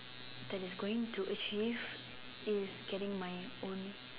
that is going to achieve is getting my own